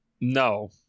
no